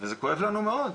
וזה כואב לנו מאוד.